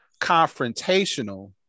confrontational